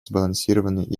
сбалансированный